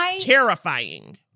terrifying